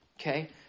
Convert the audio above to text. Okay